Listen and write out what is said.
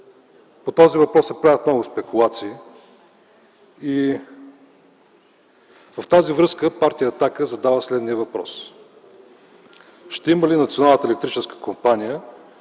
По този въпрос се правят много спекулации. В тази връзка партия „Атака” задава следния въпрос: ще има ли Националната електрическа компания